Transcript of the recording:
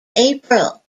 april